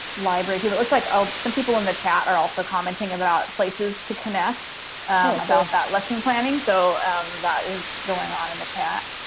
library people looks like oh, some people in the chat are also commenting about places to connect about lesson planning, so that is going on in the chat.